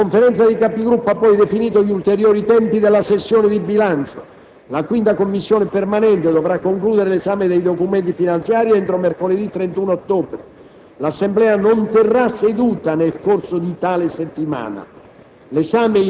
La Conferenza dei Capigruppo ha poi definito gli ulteriori tempi della sessione di bilancio. La 5a Commissione permanente dovrà concludere l'esame dei documenti finanziari entro mercoledì 31 ottobre. L'Assemblea non terrà seduta nel corso di tale settimana.